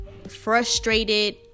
frustrated